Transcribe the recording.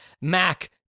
Mac